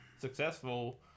successful